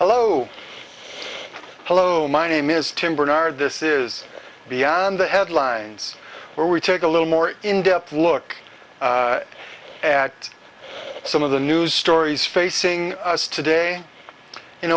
hello hello my name is tim barnard this is beyond the headlines where we take a little more in depth look at some of the news stories facing us today in